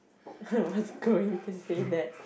I was going to say that